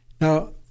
now